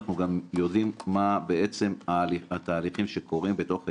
אנחנו גם יודעים מה בעצם התהליכים שקורים בתוך העירייה,